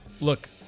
Look